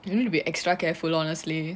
you need to be extra careful honestly